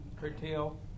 curtail